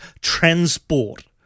transport